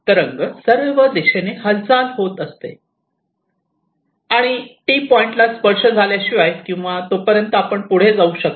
तरंग सर्व दिशेने हालचाल होत असतात आणि T पॉईंट ला स्पर्श झाल्याशिवाय किंवा तोपर्यंत आपण पुढे जाऊ शकता